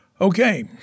Okay